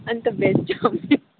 अन्त भेज चाउमिन